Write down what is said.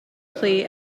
play